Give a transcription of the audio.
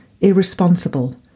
irresponsible